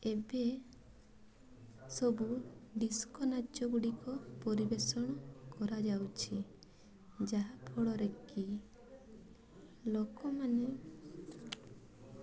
ଏବେ ସବୁ ଡିସ୍କୋ ନାଚ ଗୁଡ଼ିକ ପରିବେଷଣ କରାଯାଉଛି ଯାହାଫଳରେ କି ଲୋକ ମାନେ